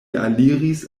aliris